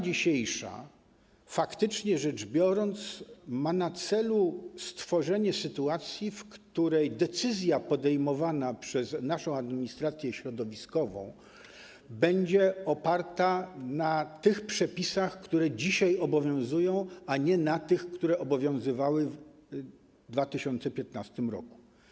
Dzisiejsza ustawa, faktycznie rzecz biorąc, ma na celu stworzenie sytuacji, w której decyzja podejmowana przez naszą administrację środowiskową będzie oparta na tych przepisach, które dzisiaj obowiązują, a nie na tych, które obowiązywały w 2015 r.